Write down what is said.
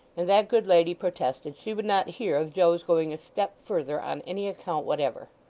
and that good lady protested she would not hear of joe's going a step further on any account whatever.